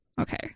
Okay